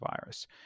virus